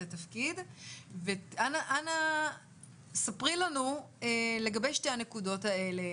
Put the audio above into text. התפקיד ואנא ספרי לנו לגבי שתי הנקודות האלה,